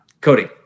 Cody